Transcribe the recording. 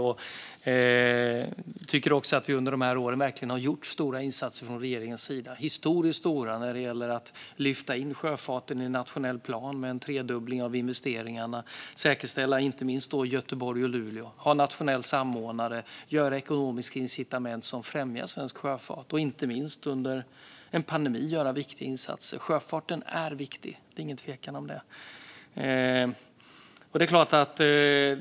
Jag tycker också att vi under de här åren verkligen har gjort historiskt stora insatser från regeringens sida när det gäller att lyfta in sjöfarten i nationell plan med en tredubbling av investeringarna, att säkerställa inte minst Göteborg och Luleå, att ha en nationell samordnare, att införa ekonomiska incitament som främjar svensk sjöfart och att inte minst under en pandemi göra viktiga insatser. Sjöfarten är viktig; det är ingen tvekan om det.